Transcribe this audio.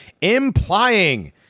implying